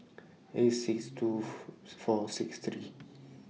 eight six two four six three